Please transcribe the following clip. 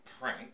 prank